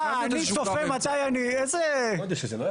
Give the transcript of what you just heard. בדיוק.